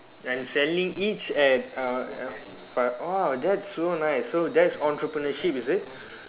and selling each at uh fo~ !wow! that's so nice so that's entrepreneurship is it